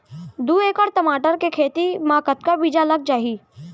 दू एकड़ टमाटर के खेती मा कतका बीजा लग जाही?